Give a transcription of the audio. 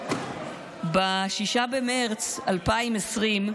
ב-6 במרץ 2020,